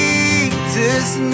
Jesus